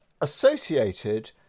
associated